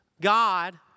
God